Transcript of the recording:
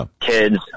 Kids